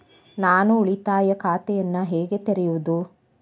ನಾನು ಉಳಿತಾಯ ಖಾತೆಯನ್ನು ಹೇಗೆ ತೆರೆಯುವುದು?